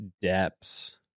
depths